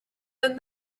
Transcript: than